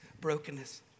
brokenness